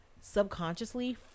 subconsciously